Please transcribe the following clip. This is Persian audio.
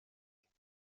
ﮐﺸﯿﺪﯾﻢ